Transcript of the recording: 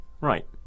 Right